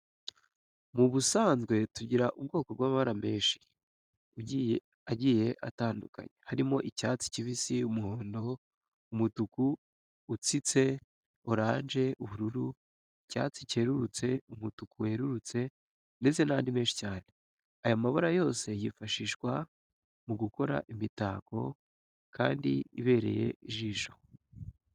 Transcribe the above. Mu busanzwe tugira ubwoko bw'amabara menshi agiye atandukanye harimo icyatsi kibisi, umuhondo, umutuku utsitse, oranje, ubururu, icyatsi cyerurutse, umutuku werurutse ndetse n'andi menshi cyane. Aya mabara yose yifashishwa mu gukora imitako myiza kandi ibereye ijisho.